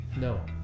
No